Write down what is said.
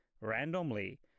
randomly